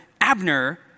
Abner